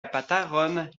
apartaron